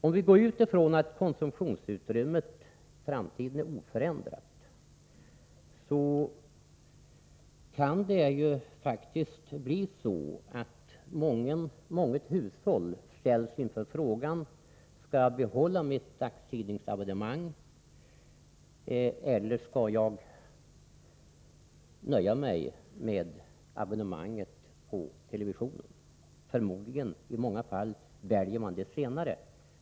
Om vi utgår från att konsumtionsutrymmet i framtiden förblir oförändrat, kan det faktiskt bli så att månget hushåll ställs inför frågan om det skall behålla sitt dagstidningsabonnemang eller nöja sig med TV-licensen. Förmodligen väljer man i många fall det senare.